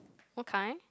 okay